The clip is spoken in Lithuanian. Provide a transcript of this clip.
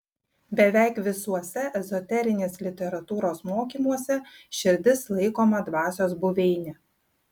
beveik visuose ezoterinės literatūros mokymuose širdis laikoma dvasios buveine